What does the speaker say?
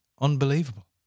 Unbelievable